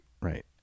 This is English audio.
right